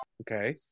okay